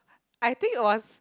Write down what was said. I think it was